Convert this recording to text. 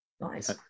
nice